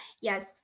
Yes